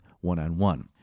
one-on-one